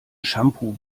shampoo